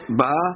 ba